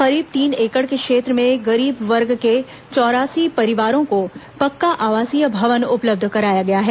करीब तीन एकड़ के क्षेत्र में गरीब वर्ग के चौरासी परिवारों को पक्का आवासीय भवन उपलब्ध कराया गया है